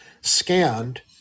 scanned